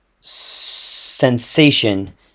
sensation